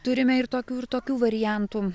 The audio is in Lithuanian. turime ir tokių ir tokių variantų